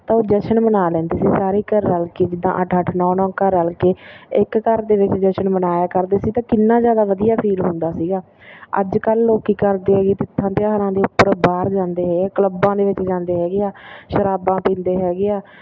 ਤਾਂ ਉਹ ਜਸ਼ਨ ਮਨਾ ਲੈਂਦੇ ਸੀ ਸਾਰੇ ਘਰ ਰਲ ਕੇ ਜਿੱਦਾਂ ਅੱਠ ਅੱਠ ਨੌ ਨੌ ਘਰ ਰਲ ਕੇ ਇੱਕ ਘਰ ਦੇ ਵਿੱਚ ਜਸ਼ਨ ਮਨਾਇਆ ਕਰਦੇ ਸੀ ਤਾਂ ਕਿੰਨਾ ਜ਼ਿਆਦਾ ਵਧੀਆ ਫੀਲ ਹੁੰਦਾ ਸੀਗਾ ਅੱਜ ਕੱਲ੍ਹ ਲੋਕ ਕੀ ਕਰਦੇ ਹੈਗੇ ਤਿੱਥਾਂ ਤਿਉਹਾਰਾਂ ਦੇ ਉੱਪਰ ਬਾਹਰ ਜਾਂਦੇ ਹੈਗੇ ਕਲੱਬਾਂ ਦੇ ਵਿੱਚ ਜਾਂਦੇ ਹੈਗੇ ਆ ਸ਼ਰਾਬਾਂ ਪੀਂਦੇ ਹੈਗੇ ਆ